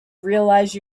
realize